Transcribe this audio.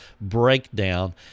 breakdown